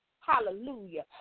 Hallelujah